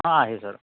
हा आहे सर